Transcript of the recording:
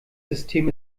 system